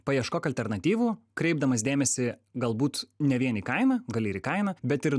paieškok alternatyvų kreipdamas dėmesį galbūt ne vien į kainą gali ir į kainą bet ir